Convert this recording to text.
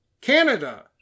Canada